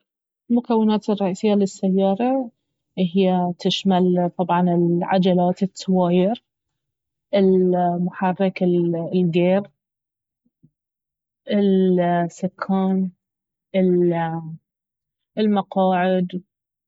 المكونات الرئيسية اهي تشمل طبعا العجلات التواير المحرك الجير السكان المقاعد